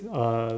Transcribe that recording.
uh